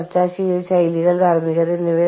ജർമ്മനിയിൽ ഷിമ്മൻഗെൽറ്റ്